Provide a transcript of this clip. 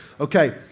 Okay